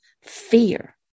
fear